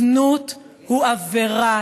זנות היא עבירה,